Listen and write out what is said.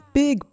big